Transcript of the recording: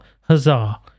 huzzah